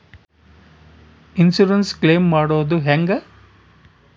Insurance claim ಮಾಡೋದು ಹೆಂಗ?